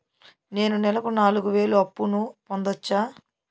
నేను నెలకు నాలుగు వేలు అప్పును పొందొచ్చా?